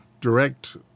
direct